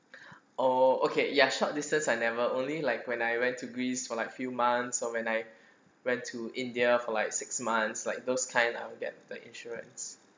oh okay ya short distance I never only like when I went to greece for like few months or when I went to india for like six months like those kind I will get the insurance